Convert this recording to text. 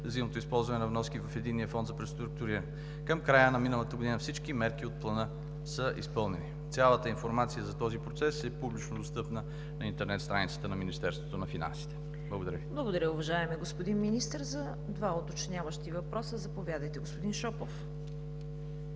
взаимното използване на вноски в Единния фонд за преструктуриране. Към края на миналата година всички мерки от плана са изпълнени. Цялата информация за този процес е публично достъпна на интернет страницата на Министерството на финансите. Благодаря Ви. ПРЕДСЕДАТЕЛ ЦВЕТА КАРАЯНЧЕВА: Благодаря, уважаеми господин Министър. За два уточняващи въпроса – заповядайте, господин Шопов.